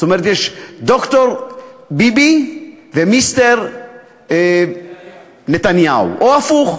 זאת אומרת, יש ד"ר ביבי ומיסטר נתניהו, או הפוך.